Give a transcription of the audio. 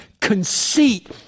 conceit